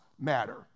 matter